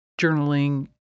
journaling